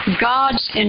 God's